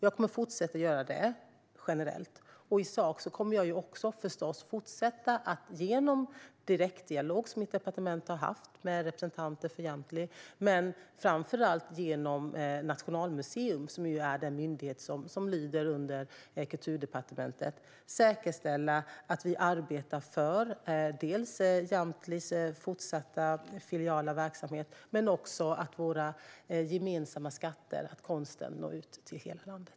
Jag kommer att fortsätta att göra detta generellt, och i sak kommer jag förstås också att genom den direktdialog som mitt departement har med representanter för Jamtli och framför allt med Nationalmuseum, som är den myndighet som lyder under Kulturdepartementet, säkerställa att vi arbetar för Jamtlis fortsatta filialverksamhet och att konsten och våra gemensamma skatter når ut till hela landet.